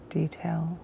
detail